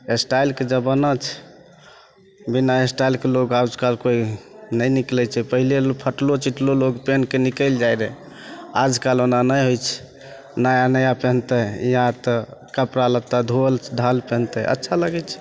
एस्टाइलके जमाना छै बिना एस्टाइलके लोक आजकल कोइ नहि निकलै छै पहिले लोक फटलो चिटलो लोक पेन्हके निकलि जाइ रहै आजकल ओना नहि होइ छै नया नया पेन्हतै या तऽ कपड़ा लत्ता धोअल धाअल पहिनतै अच्छा लागै छै